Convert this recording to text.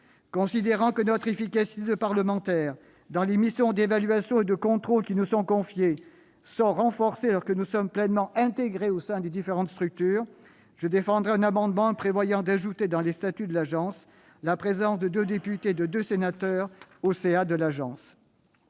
Considérant que notre efficacité de parlementaires, dans les missions d'évaluation et de contrôle qui nous sont confiées, est renforcée lorsque nous sommes pleinement intégrés au sein des différentes structures, je défendrai un amendement prévoyant d'ajouter dans les statuts de l'Agence la présence de deux députés et de deux sénateurs au sein de son